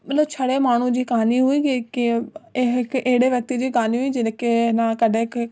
उन छॾे माण्हूअ जी कहानी हुई कीअं ऐं अहिड़े व्यक्ति जी कहानी हुई जंहिंखे हिन कॾहिं का